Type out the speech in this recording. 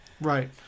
right